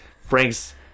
Frank's